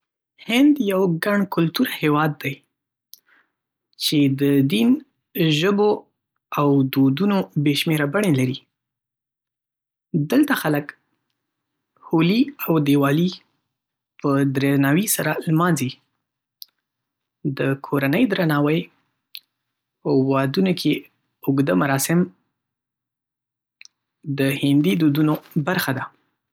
هند یو ګڼ کلتوره هیواد دی چې د دین، ژبو او دودونو بې شمېره بڼې لري. دلته خلک هولي او دیوالي په درناوي سره لمانځي. د کورنۍ درناوی، وادونو کې اوږده مراسم د هندي دودونو برخه ده.